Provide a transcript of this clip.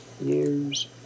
years